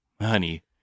honey